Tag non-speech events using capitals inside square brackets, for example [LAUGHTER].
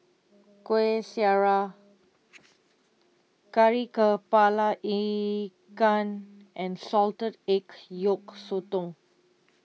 [NOISE] Kueh Syara Kari Kepala Ikan and Salted Egg Yolk Sotong